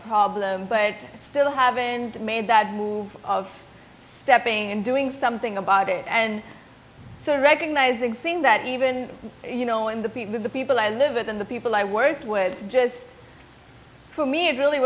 problem but still haven't made that move of stepping and doing something about it and so recognizing seeing that even you know when the people of the people i live with and the people i worked with just for me it really